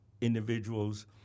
individuals